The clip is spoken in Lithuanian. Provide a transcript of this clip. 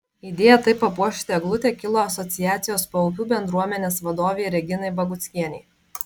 idėja taip papuošti eglutę kilo asociacijos paupių bendruomenės vadovei reginai baguckienei